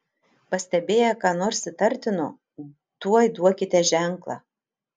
pastebėję ką nors įtartino tuoj duokite ženklą